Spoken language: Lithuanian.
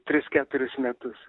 tris keturis metus